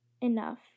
enough